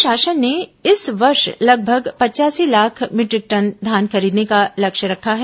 राज्य शासन ने इस वर्ष लगभग पच्यासी लाख मीटरिक टन धान खरीदने का लक्ष्य रखा है